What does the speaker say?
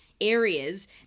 areas